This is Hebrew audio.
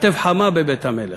כתף חמה בבית המלך.